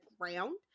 ground